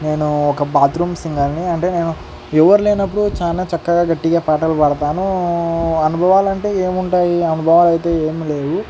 నేను ఒక బాత్రూమ్ సింగర్ని అంటే నేను ఎవరు లేనప్పుడు చాలా చక్కగా గట్టిగా పాటలు పాడతాను అనుభవాలు అంటే ఏముంటాయి అనుభవాలు అయితే ఏమీ లేవు